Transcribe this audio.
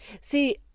See